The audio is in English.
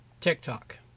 TikTok